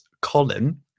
Colin